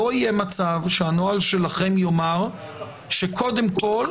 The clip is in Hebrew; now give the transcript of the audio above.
לא יהיה מצב שהנוהל שלכם יאמר שקודם כול